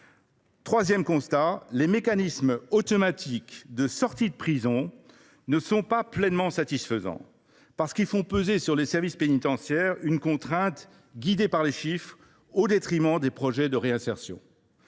comptes. Enfin, les mécanismes automatiques de sortie de prison ne sont pas pleinement satisfaisants. Ils font peser sur les services pénitentiaires une contrainte guidée par les chiffres, au détriment des projets de réinsertion.